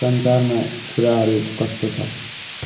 संसारमा कुराहरू कस्तो छ